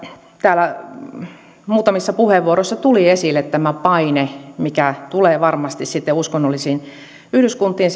täällä muutamissa puheenvuoroissa tuli esille tämä paine mikä tulee varmasti sitten uskonnollisiin yhdyskuntiin